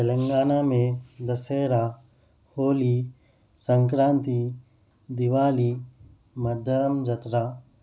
تلنگانہ میں دسہرا ہولی سنکرانتی دیوالی مدام جترا